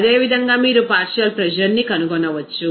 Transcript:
అదేవిధంగా మీరు partial pressure ని కనుగొనవచ్చు